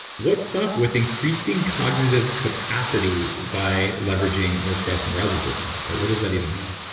what's up with increasing cognitive capacity by leveraging your stress and arousal system? what does that even mean?